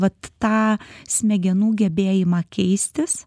vat tą smegenų gebėjimą keistis